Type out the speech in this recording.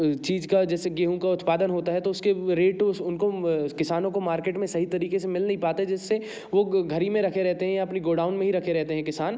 चीज का जैसे गेहूं का उत्पादन होता है तो उसके रेट उनको किसानों को मारकेट में सही तरीके से मिल नहीं पाते जिससे वो घर ही में रखे रहते हैं या अपनी गोडाउन में ही रखे रहते हैं किसान